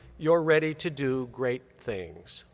you're ready to do great things.